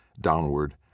downward